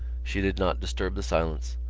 she did not disturb the silence,